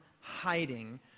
hiding